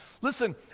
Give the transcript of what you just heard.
Listen